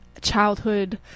childhood